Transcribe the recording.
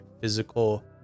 physical